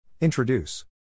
Introduce